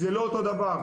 זה לא אותו דבר.